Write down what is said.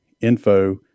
info